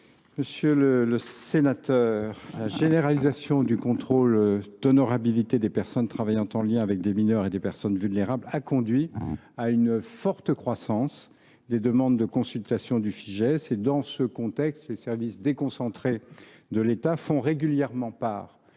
Monsieur le sénateur, la généralisation du contrôle d’honorabilité des personnes travaillant en lien avec des mineurs et des personnes vulnérables a conduit à une forte croissance des demandes de consultation du Fijais. Dans ce contexte, les services déconcentrés de l’État font régulièrement part